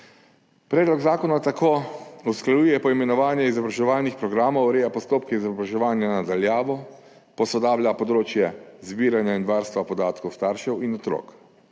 Predlog zakona tako usklajuje poimenovanje izobraževalnih programov, ureja postopke izobraževanja na daljavo, posodablja področje zbiranja in varstva podatkov staršev in otrok.